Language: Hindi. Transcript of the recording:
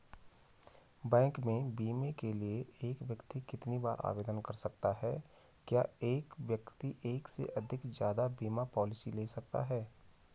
बैंक में बीमे के लिए एक व्यक्ति कितनी बार आवेदन कर सकता है क्या एक व्यक्ति एक से ज़्यादा बीमा पॉलिसी ले सकता है?